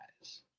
guys